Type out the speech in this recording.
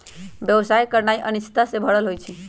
व्यवसाय करनाइ अनिश्चितता से भरल हइ